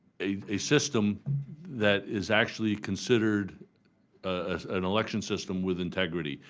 a system that is actually considered ah an election system with integrity.